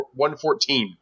114